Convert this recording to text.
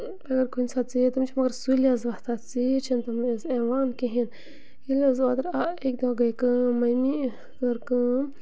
اَگر کُنہِ ساتہٕ ژیٖرۍ تِم چھِ مَگر سُلۍ حظ وۄتھان ژیٖرۍ چھِنہٕ تِم حظ یِوان کِہیٖنۍ ییٚلہِ حظ اوترٕ اَ اَکہِ دۄہ گٔے کٲم مٔمی کٔر کٲم